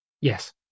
Yes